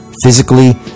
Physically